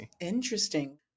interesting